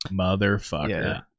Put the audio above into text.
Motherfucker